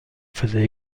faisait